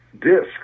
discs